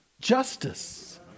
Justice